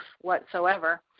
whatsoever